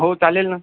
हो चालेल ना